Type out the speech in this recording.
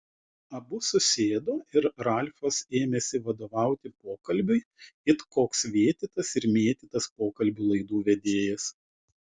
abu susėdo ir ralfas ėmėsi vadovauti pokalbiui it koks vėtytas ir mėtytas pokalbių laidų vedėjas